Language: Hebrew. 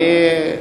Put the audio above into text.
אני,